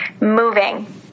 Moving